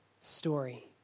story